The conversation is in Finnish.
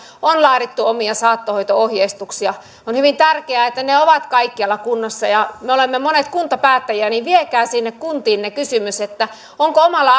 on laadittu omia saattohoito ohjeistuksia on hyvin tärkeää että ne ovat kaikkialla kunnossa ja kun me olemme monet kuntapäättäjiä niin viekää sinne kuntiinne kysymys että onko omalla